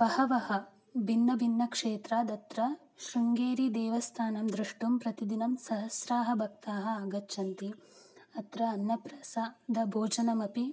बहवः भिन्नभिन्नक्षेत्रादत्र श्रुङ्गेरी देवस्थानं द्रष्टुं प्रतिदिनं सहस्राः भक्ताः आगच्छन्ति अत्र अन्नप्रसादः भोजनमपि